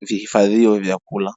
vihifadhio vyakula.